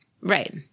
right